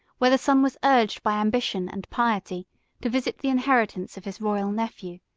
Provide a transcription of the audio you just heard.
when the son was urged by ambition and piety to visit the inheritance of his royal nephew,